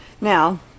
Now